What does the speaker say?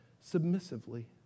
submissively